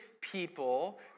people